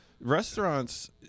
restaurants